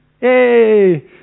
Yay